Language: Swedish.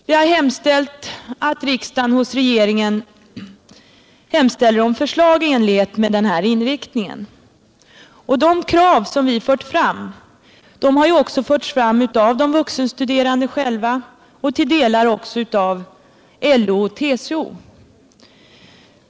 Vi har begärt att riksdagen hos regeringen hemställer om förslag i enlighet med dessa riktlinjer. De krav som vi lagt fram har också förts fram av de vuxenstuderande själva och delvis också av LO och TCO.